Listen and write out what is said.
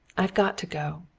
i've got to go.